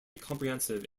comprehensive